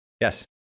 Yes